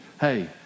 hey